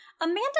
Amanda